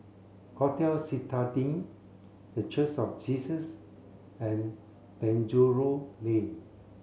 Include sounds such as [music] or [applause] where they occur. Hotel Citadine The [unintelligible] of Jesus and Penjuru Lane